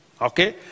Okay